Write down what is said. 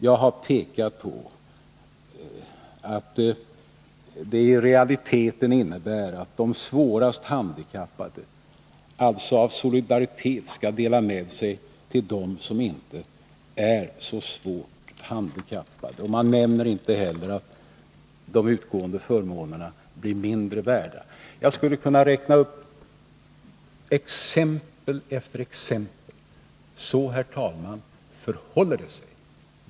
Jag har pekat på att det i realiteten innebär att de svårast handikappade av solidaritet skall dela med sig till dem som inte är så svårt handikappade. Man nämner inte heller att de utgående förmånerna blir mindre värda. Jag skulle kunna ta exempel efter exempel. Så, herr talman, förhåller det sig.